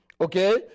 okay